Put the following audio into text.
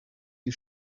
die